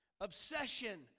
obsession